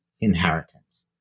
inheritance